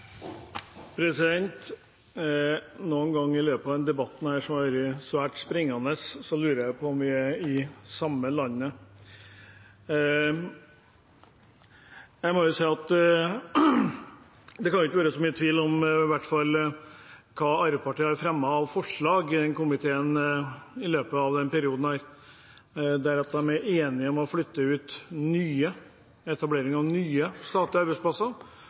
regjeringen. Noen ganger i løpet av denne debatten, som har vært svært springende, har jeg lurt på om vi er i det samme landet. Det kan i hvert fall ikke være så mye tvil om hva Arbeiderpartiet har fremmet av forslag i denne komiteen i løpet av denne perioden, hvor de har vært enig i å flytte ut nye statlige arbeidsplasser,